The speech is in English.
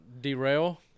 Derail